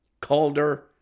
Calder